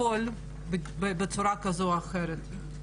לפעול בצורה כזו או אחרת.